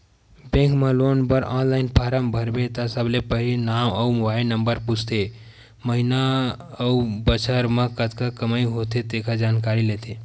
bank म loan बर online form भरबे त सबले पहिली नांव अउ मोबाईल नंबर पूछथे, महिना अउ बछर म कतका कमई होथे तेखर जानकारी लेथे